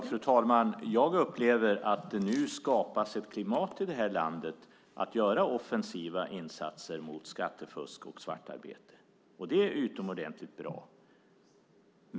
Fru talman! Jag upplever att det nu skapas ett klimat i landet för att kunna göra offensiva insatser mot skattefusk och svartarbete. Det är utomordentligt bra.